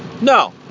No